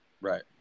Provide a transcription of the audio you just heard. Right